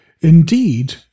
Indeed